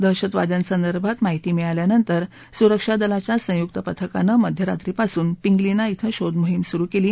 दहशतवाद्यांसंदर्भात माहिती मिळाल्यानंतर सुरक्षा दलाच्या संयुक पथकानं मध्यरात्रीपासून पिंगलीना कें शोधमोहीम सुरु केली